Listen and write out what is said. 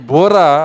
Bora